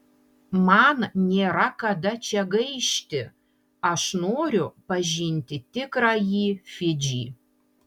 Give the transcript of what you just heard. man nėra kada čia gaišti aš noriu pažinti tikrąjį fidžį